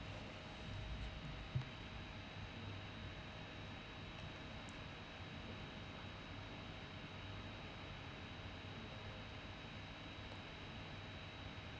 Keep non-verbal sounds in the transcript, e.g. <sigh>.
<breath>